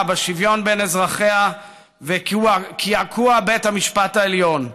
בשוויון בין אזרחיה וקעקוע בית המשפט העליון.